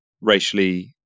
racially